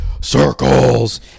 circles